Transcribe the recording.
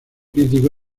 crítico